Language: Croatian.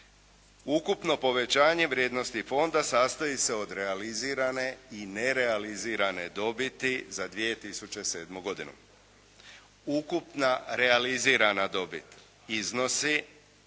Ukupno povećanje vrijednosti fonda sastoji se od realizirane i nerealizirane dobiti za 2007. godinu. Ukupna realizirana dobit iznosi